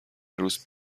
عروس